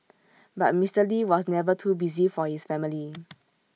but Mister lee was never too busy for his family